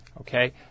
Okay